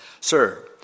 Sir